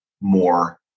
more